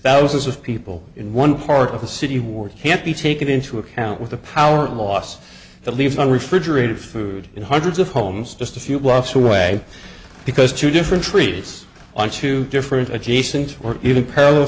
thousands of people in one part of the city wards can't be taken into account with the power loss that leaves on refrigerated food in hundreds of homes just a few blocks away because two different trees on two different adjacent or e